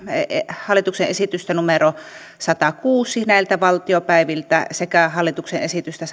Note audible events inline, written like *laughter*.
hallituksen esitystä numero sadaltakuudelta näiltä valtiopäiviltä sekä hallituksen esitystä *unintelligible*